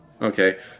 Okay